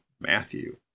Matthew